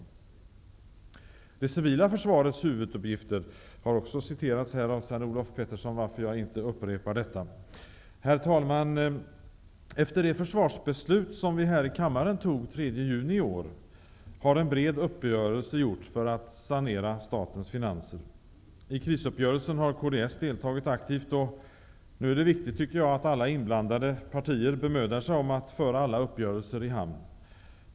Sven-Olof Petersson har redogjort för det civila försvarets huvuduppgifter. Jag skall därför inte upprepa detta. Herr talman! Efter det försvarsbeslut som vi fattade här i kammaren den 3 juni i år har en bred uppgörelse gjorts för att sanera statens finanser. I krisuppgörelsen har kds deltagit aktivt, och nu tycker jag att det är viktigt att alla inblandade partier bemödar sig om att föra alla uppgörelser i hamn.